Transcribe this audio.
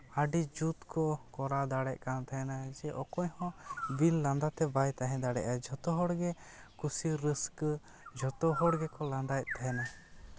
ᱟᱹᱰᱤ ᱡᱩᱛ ᱠᱚ ᱠᱚᱨᱟᱣ ᱫᱟᱲᱮᱜ ᱠᱟᱱ ᱛᱟᱦᱮᱸᱱᱟ ᱡᱮ ᱚᱠᱚᱭ ᱦᱚᱸ ᱵᱤᱱ ᱞᱟᱸᱫᱟᱛᱮ ᱵᱟᱭ ᱛᱟᱦᱮᱸ ᱫᱟᱲᱮᱭᱟᱜᱼᱟ ᱡᱷᱚᱛᱚ ᱦᱚᱲᱜᱮ ᱠᱩᱥᱤ ᱨᱟᱹᱥᱠᱟᱹ ᱡᱷᱚᱛᱚ ᱦᱚᱲ ᱜᱮᱠᱚ ᱞᱟᱸᱫᱟᱭᱮᱛ ᱛᱟᱦᱮᱸᱱᱟ